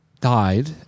died